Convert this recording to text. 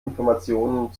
informationen